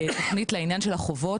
יש תוכנית לעניין של החובות.